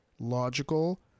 logical